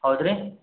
ಹೌದ್ರಿ